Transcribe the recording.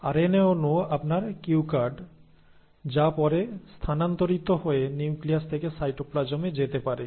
RNA অণু আপনার কিউ কার্ড যা পরে স্থানান্তরিত হয়ে নিউক্লিয়াস থেকে সাইটোপ্লাজমে যেতে পারে